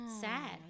sad